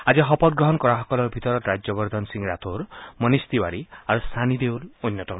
আজি শপত গ্ৰহণ কৰাসকলৰ ভিতৰত ৰাজ্যবৰ্ধন সিং ৰাথোৰ মনীষ তিৱাৰী আৰু ছানি দেউল অন্যতম